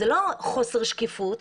זה לא חוסר שקיפות,